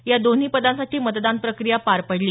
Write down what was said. या दोन्ही पदांसाठी मतदान प्रक्रिया पार पडली